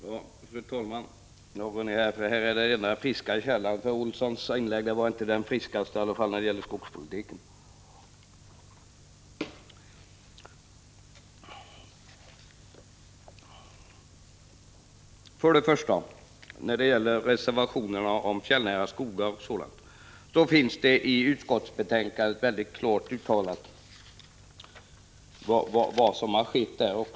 Fru talman! Jag tar ett glas vatten och söker mig till den friska källan, för Karl Erik Olssons inlägg var inte det friskaste — i varje fall inte när det gäller skogspolitiken. Först och främst vill jag säga när det gäller fjällnära skogar att det i utskottsbetänkandet finns väldigt klart uttalat vad som har skett.